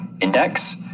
index